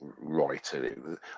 writer